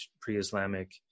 pre-islamic